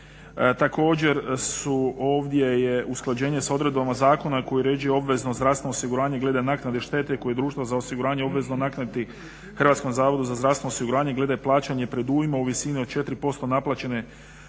Također, ovdje je usklađenje s odredbama Zakona koji uređuje obvezno zdravstveno osiguranje glede naknade štete koju je društvo za osiguranje obvezno nadoknaditi Hrvatskom zavodu za zdravstveno osiguranje glede plaćanja predujma u visini od 4% naplaćene